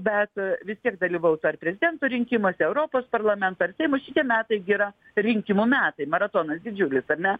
bet vis tiek dalyvaus ar prezidento rinkimuose europos parlamento ar seimo šitie metai gi yra rinkimų metai maratonas didžiulis ar ne